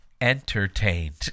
entertained